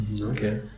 Okay